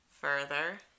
Further